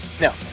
No